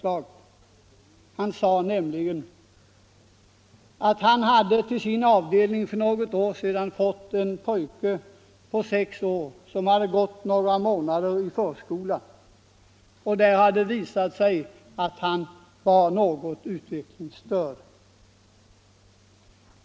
Läkaren sade nämligen att han till sin avdelning för något år sedan hade fått en pojke på sex år som hade gått några månader i förskola, där det hade visat sig att pojken var något utvecklingsstörd.